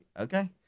okay